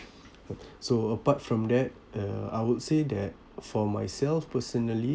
so apart from that uh I would say that for myself personally